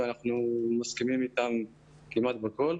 ואנחנו מסכימים איתן כמעט בכול.